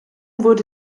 wurde